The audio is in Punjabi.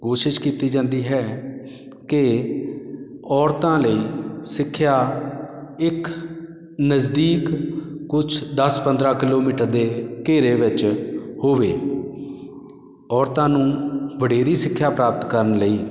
ਕੋਸ਼ਿਸ਼ ਕੀਤੀ ਜਾਂਦੀ ਹੈ ਕਿ ਔਰਤਾਂ ਲਈ ਸਿੱਖਿਆ ਇੱਕ ਨਜ਼ਦੀਕ ਕੁਛ ਦਸ ਪੰਦਰਾਂ ਕਿਲੋਮੀਟਰ ਦੇ ਘੇਰੇ ਵਿੱਚ ਹੋਵੇ ਔਰਤਾਂ ਨੂੰ ਵਡੇਰੀ ਸਿੱਖਿਆ ਪ੍ਰਾਪਤ ਕਰਨ ਲਈ